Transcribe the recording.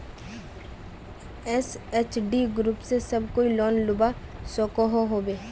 SHG group से सब कोई लोन लुबा सकोहो होबे?